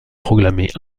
proclamé